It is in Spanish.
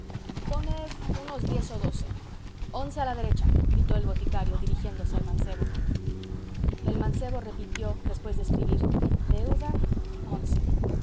poned unos diez o doce once a la derecha gritó el boticario dirigiéndose al mancebo el mancebo repitió después de escribir deuda once